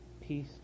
Peace